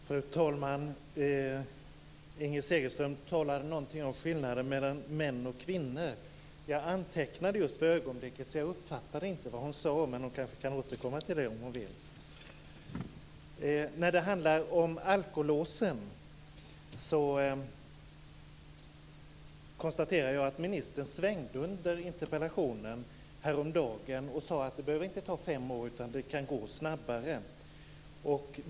Fru talman! Inger Segelström talade om skillnaden mellan män och kvinnor. Jag antecknade just för ögonblicket, så jag uppfattade inte vad hon sade. Men hon kan kanske återkomma till det. När det gäller alkolåsen konstaterar jag att ministern svängde under interpellationsdebatten häromdagen. Han sade att det inte behöver ta fem år, utan det kan gå snabbare.